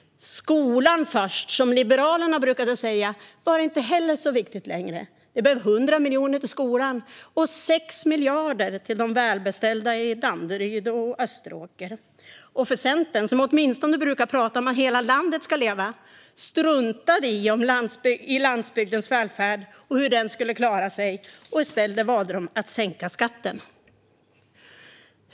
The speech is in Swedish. "Skolan först" som Liberalerna brukade säga var inte heller så viktigt längre. Det blev 100 miljoner till skolan och 6 miljarder till de välbeställda i Danderyd och Österåker. Centern som åtminstone brukade prata om att "hela landet ska leva" struntade i landsbygdens välfärd och hur den skulle klara sig. I stället valde man att sänka skatten.